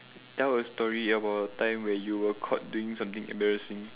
tell a story about a time when you were caught doing something embarrassing